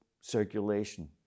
circulation